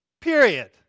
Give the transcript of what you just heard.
period